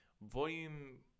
Volume